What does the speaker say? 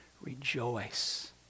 rejoice